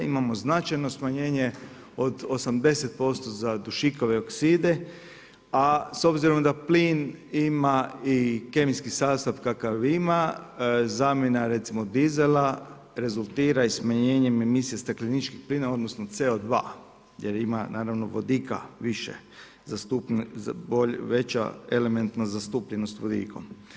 Imamo značajno smanjenje od 80% za dušikove okside, a s obzirom da plin ima i kemijski sastav kakav ima, zamjena, recimo dizela rezultira i smanjenjem emisije stakleničkih plinova, odnosno CO2 jer ima naravno vodika više, veća elementnost zastupljena vodikom.